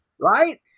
right